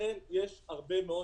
ולכן יש הרבה מאוד